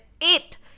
eight